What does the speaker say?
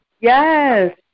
Yes